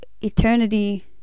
eternity